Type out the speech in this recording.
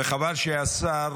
וחבל שהשר